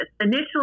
Initially